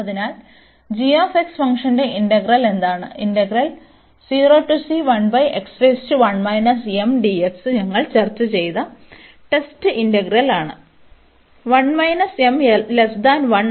അതിനാൽ g ഫംഗ്ഷന്റെ integral എന്താണ് ഞങ്ങൾ ചർച്ച ചെയ്ത ടെസ്റ്റ് ഇന്റഗ്രൽ ആണ്